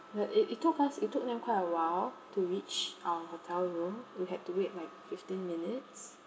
like it it took us it took them quite awhile to reach our hotel room we had to wait like fifteen minutes